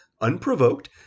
unprovoked